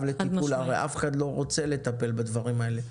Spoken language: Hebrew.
לטיפול הרי אף אחד לא רוצה לטפל בדברים האלה,